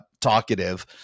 talkative